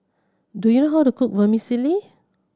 do you know how to cook Vermicelli